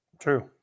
True